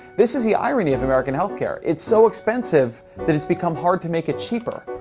this is the irony of american healthcare it's so expensive that it's become hard to make it cheaper.